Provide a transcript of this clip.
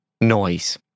noise